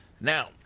Now